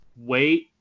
wait